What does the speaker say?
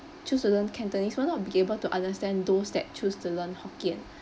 choose to learn cantonese will not be able to understand those that choose to learn hokkien